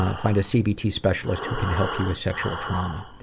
ah find a cbt specialist who can help you with sexual trauma.